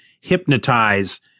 hypnotize